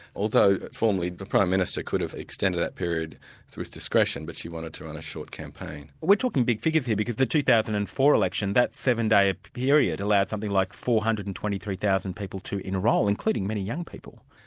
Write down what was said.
although formally, the prime minister could have extended that period with discretion, but she wanted to run a short campaign. we're talking big figures here, because the two thousand and four election, that seven-day period allowed something like four hundred and twenty three thousand people to enroll, including many young people.